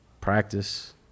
practice